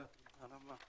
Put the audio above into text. הישיבה ננעלה בשעה